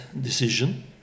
decision